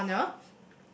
corner